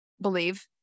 believe